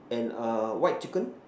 and err white chicken